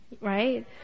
right